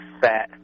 fat